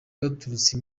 baturutse